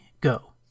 go